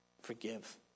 Forgive